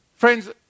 Friends